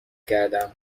کردم